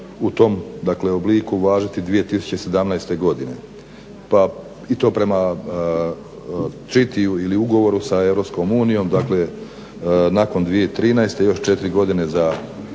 dakle obliku važiti 2017. godine i to prema treatyu ili ugovoru sa EU, dakle nakon 2013. još 4 godine za